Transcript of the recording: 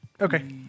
Okay